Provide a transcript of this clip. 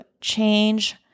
change